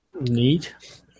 Neat